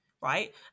Right